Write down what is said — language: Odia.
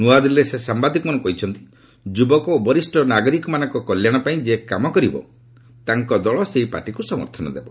ନ୍ନଆଦିଲ୍ଲୀରେ ସେ ସାମ୍ଭାଦିକମାନଙ୍କୁ କହିଛନ୍ତି ଯୁବକ ଓ ବରିଷ୍ଠ ନାଗରିକମାନଙ୍କ କଲ୍ୟାଣ ପାଇଁ ଯିଏ କାମ କରିବ ତାଙ୍କ ଦଳ ସେହି ପାର୍ଟିକୁ ସମର୍ଥନ ଦେବ